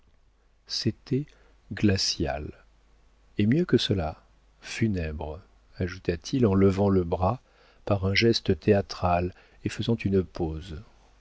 c'était glacial et mieux que cela funèbre ajouta-t-il en levant le bras par un geste théâtral et faisant une pause